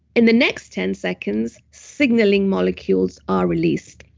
in the next ten seconds, signaling molecules are released,